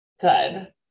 Good